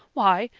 why,